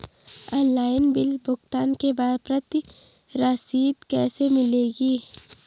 Online bill भुगतान के बाद प्रति रसीद कैसे मिलेगी?